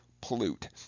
pollute